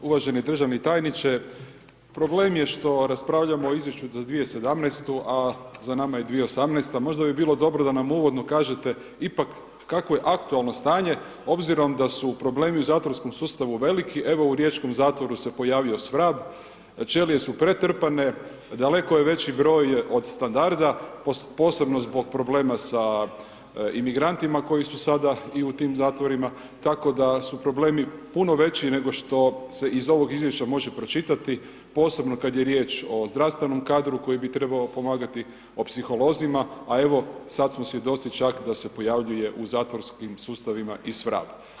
Uvaženi državni tajniče, problem je što raspravljamo o izvješću za 2017. a za nama je 2018., možda bi bilo dobro da nam uvodno kažete ipak kako je aktualno stanje obzirom da su problemi u zatvorskom sustavu veliki, evo u riječkom zatvoru se pojavio svrab, ćelije su pretrpane, daleko je veći broj od standarda, posebno zbog problema sa i migrantima koji su sada i u tim zatvorima, tako da su problemi puno veći nego što se iz ovog izvješća može pročitati posebno kad je riječ o zdravstvenom kadru koji bi trebao pomagati, o psiholozima, a evo sad smo svjedoci čak da se pojavljuje u zatvorskim sustavima i svrab.